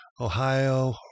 Ohio